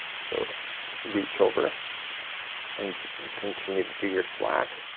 so reach over and continue to do your slack